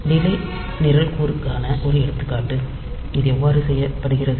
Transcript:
delay நிரல்கூறுக்கான ஒரு எடுத்துக்காட்டு இது எவ்வாறு செய்யப்படுகிறது